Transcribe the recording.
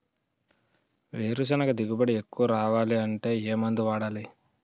వేరుసెనగ దిగుబడి ఎక్కువ రావాలి అంటే ఏ మందు వాడాలి?